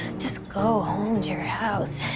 just go home to your house.